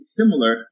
similar